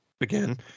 again